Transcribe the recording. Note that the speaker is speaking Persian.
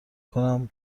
کنم